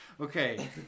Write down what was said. Okay